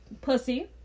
pussy